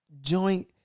joint